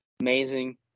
amazing